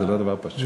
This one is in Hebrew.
זה לא דבר פשוט.